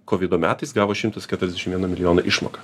kovido metais gavo šimtas keturiasdešim vieno milijono išmoką